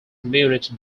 community